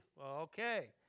Okay